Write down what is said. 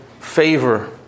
favor